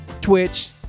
Twitch